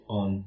on